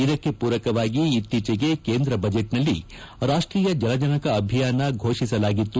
ಇದಕ್ಕೆ ಮೂರಕವಾಗಿ ಇತ್ತೀಚೆಗೆ ಕೇಂದ್ರ ಬಜೆಟ್ನಲ್ಲಿ ರಾಷ್ಷೀಯ ಜಲಜನಕ ಅಭಿಯಾನ ಘೋಷಿಸಲಾಗಿತ್ತು